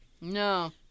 No